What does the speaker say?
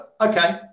okay